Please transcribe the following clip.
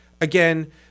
Again